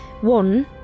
One